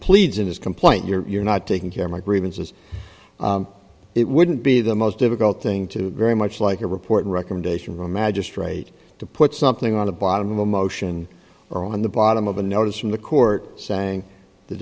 pleads in his complaint you're not taking care of my grievances it wouldn't be the most difficult thing to very much like a report recommendation of a magistrate to put something on the bottom of a motion or on the bottom of a notice from the court saying the